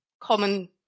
common